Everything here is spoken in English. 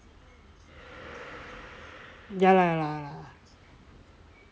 ya lah ya lah